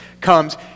comes